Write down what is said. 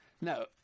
No